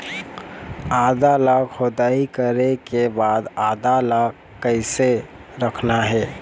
आदा ला खोदाई करे के बाद आदा ला कैसे रखना हे?